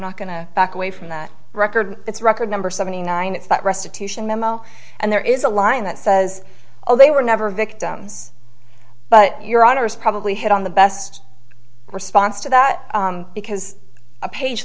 not going to back away from that record it's a record number seventy nine it's that restitution memo and there is a line that says oh they were never victims but your honor is probably had on the best response to that because a page